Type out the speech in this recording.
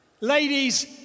Ladies